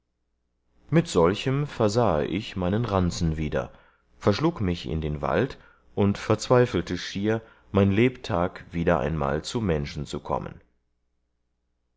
mit solchem versahe ich meinen ranzen wieder verschlug mich in den wald und verzweifelte schier mein lebtag wieder einmal zu menschen zu kommen